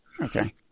Okay